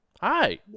Hi